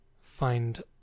find